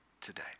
today